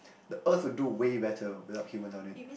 the earth will do way better without human on it